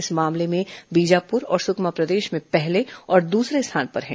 इस मामले में बीजापुर और सुकमा प्रदेश में पहले और दूसरे स्थान पर हैं